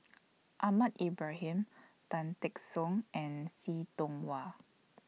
Ahmad Ibrahim Tan Teck Soon and See Tiong Wah